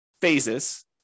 phases